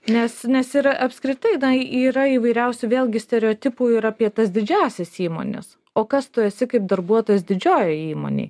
nes nes ir apskritai na yra įvairiausių vėlgi stereotipų ir apie tas didžiąsias įmones o kas tu esi kaip darbuotojas didžiojoje įmonėj